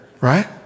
right